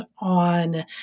on